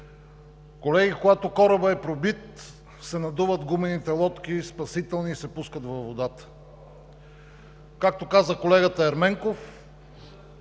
Колеги, когато корабът е пробит, се надуват спасителните гумени лодки и се пускат във водата. Както каза колегата Ерменков,